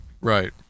right